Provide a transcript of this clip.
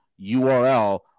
URL